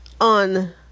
on